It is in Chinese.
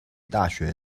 大学